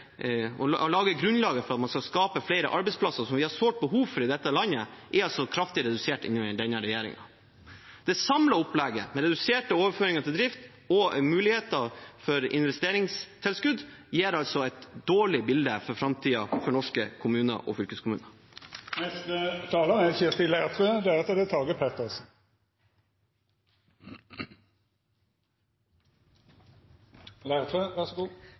grunnlaget for å skape flere arbeidsplasser, som vi har et sårt behov for i dette landet – er kraftig redusert under denne regjeringen. Det samlede opplegget med reduserte overføringer til drift og muligheter for investeringstilskudd gir altså et dårlig bilde for framtiden til norske kommuner og fylkeskommuner.